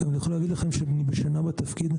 אני יכול להגיד לכם שאני שנה בתפקיד,